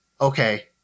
okay